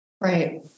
Right